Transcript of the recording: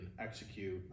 execute